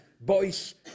boys